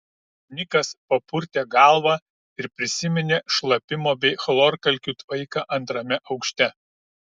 nikas papurtė galvą ir prisiminė šlapimo bei chlorkalkių tvaiką antrame aukšte